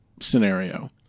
scenario